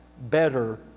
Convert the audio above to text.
better